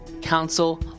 Council